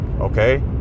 okay